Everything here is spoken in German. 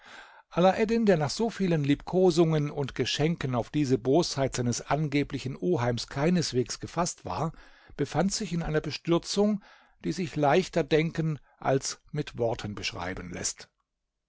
der nach so vielen liebkosungen und geschenken auf diese bosheit seines angeblichen oheims keineswegs gefaßt war befand sich in einer bestürzung die sich leichter denken als mit worten beschreiben läßt